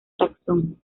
taxón